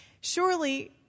Surely